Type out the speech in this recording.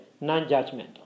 non-judgmental